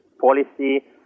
policy